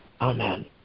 Amen